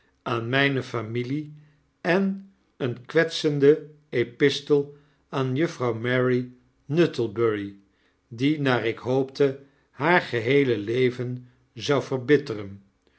aan mgne familie en een kwetsenden epistel aan juffrouw mary nuttlebury die naar ik hoopte haargeheeleleven zou verbitteren